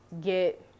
get